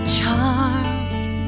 Charles